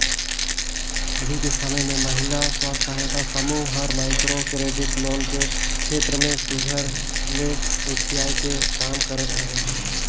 अभीं कर समे में महिला स्व सहायता समूह हर माइक्रो क्रेडिट लोन के छेत्र में सुग्घर ले रोखियाए के काम करत अहे